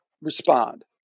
respond